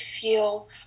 feel